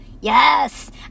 Yes